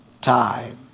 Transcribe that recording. time